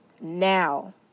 now